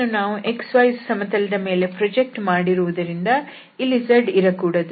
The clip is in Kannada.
ಇದನ್ನು xyಸಮತಲದ ಮೇಲೆ ಪ್ರೋಜೆಕ್ಟ್ ಮಾಡಿರುವುದರಿಂದ ಇಲ್ಲಿ z ಇರಕೂಡದು